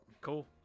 cool